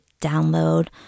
download